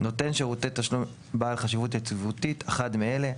"נותן שירותי תשלום בעל חשיבות יציבותית" אחד מאלה: